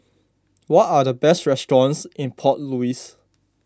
what are the best restaurants in Port Louis